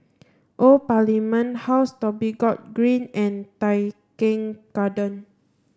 old Parliament House Dhoby Ghaut Green and Tai Keng Garden